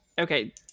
Okay